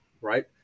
right